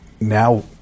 now